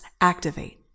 Activate